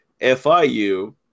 FIU